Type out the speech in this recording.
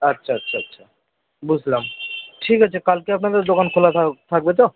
আচ্ছা আচ্ছা আচ্ছা বুঝলাম ঠিক আছে কালকে আপনাদের দোকান খোলা থাকবে তো